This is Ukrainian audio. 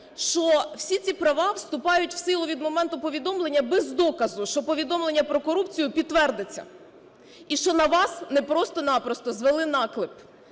що всі ці права вступають в силу від моменту повідомлення без доказу, що повідомлення про корупцію підтвердиться і що на вас не просто-на-просто звели наклеп.